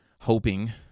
hoping